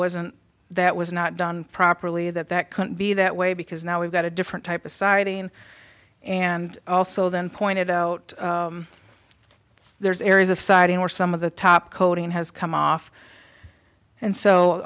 wasn't that was not done properly that that couldn't be that way because now we've got a different type of siding and also then pointed out there's areas of siding where some of the top coating has come off and so